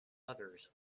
others